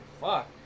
fuck